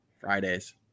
fridays